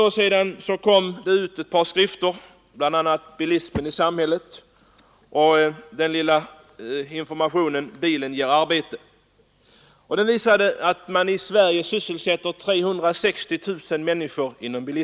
För något år sedan utkom skriften Bilismen i samhället, och den lilla informationsskriften Bilen ger arbete. Där visades att bilismen i Sverige sysselsatte 360 000 människor.